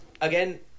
again